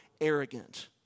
arrogant